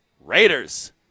Raiders